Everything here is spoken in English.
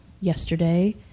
yesterday